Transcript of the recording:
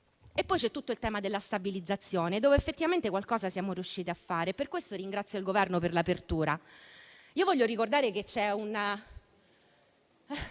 poi tutto il tema della stabilizzazione, su cui effettivamente qualcosa siamo riusciti a fare e a tal proposito ringrazio il Governo per l'apertura. Voglio ricordare che c'è un